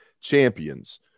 champions